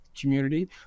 community